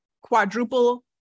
quadruple